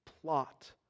plot